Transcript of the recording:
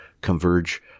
converge